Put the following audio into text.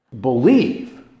believe